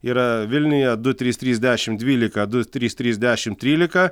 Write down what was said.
yra vilniuje du trys trys dešimt dvylika du trys trys dešimt trylika